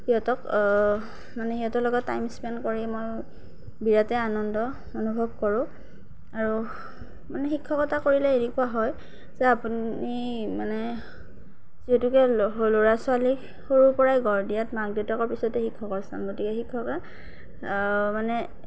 সিহঁতক মানে সিহঁতৰ লগত টাইম স্পেণ্ড কৰি মই বিৰাটেই আনন্দ অনুভৱ কৰোঁ আৰু মানে শিক্ষকতা কৰিলে এনেকুৱা হয় যে আপুনি মানে যিহেতুকে ল'ৰা ছোৱালীক সৰুৰ পৰাই গঢ় দিয়াত মাক দেউতাকৰ পিছতে শিক্ষকৰ স্থান গতিকে শিক্ষকতা মানে